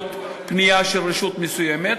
בעקבות פנייה של רשות מסוימת.